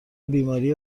بیماری